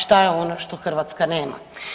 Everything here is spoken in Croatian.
Šta je ono što Hrvatska nema?